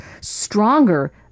stronger